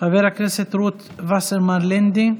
חברת הכנסת רות וסרמן לנדה,